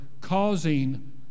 causing